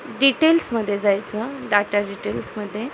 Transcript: डिटेल्समध्ये जायचं डाटा डिटेल्समध्ये